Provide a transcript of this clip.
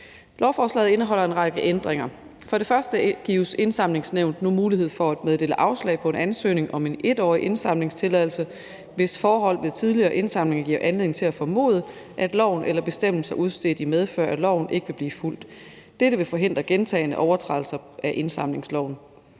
Lovforslaget indeholder en række ændringer. For det første gives Indsamlingsnævnet nu mulighed for at meddele afslag på en ansøgning om en 1-årig indsamlingstilladelse, hvis forhold ved tidligere indsamlinger giver anledning til at formode, at loven eller bestemmelser udstedt i medfør af loven ikke vil blive fulgt. Dette vil forhindre gentagne overtrædelser af indsamlingsloven.